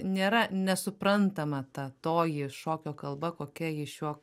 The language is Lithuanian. nėra nesuprantama ta toji šokio kalba kokia ji šiuo